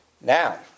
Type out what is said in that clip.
Now